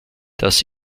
das